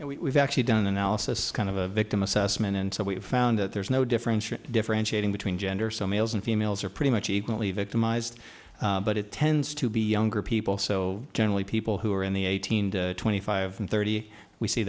mean we've actually done analysis kind of a victim assessment and so we have found that there's no differential differentiating between gender so males and females are pretty much equally victimized but it tends to be younger people so generally people who are in the eighteen twenty five and thirty we see